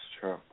true